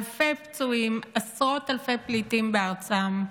אלפי פצועים, עשרות אלפי פליטים בארצם.